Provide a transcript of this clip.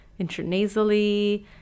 intranasally